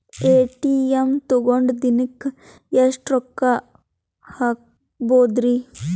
ATM ತಗೊಂಡ್ ದಿನಕ್ಕೆ ಎಷ್ಟ್ ರೊಕ್ಕ ಹಾಕ್ಬೊದ್ರಿ?